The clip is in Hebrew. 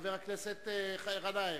חבר הכנסת גנאים,